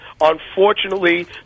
Unfortunately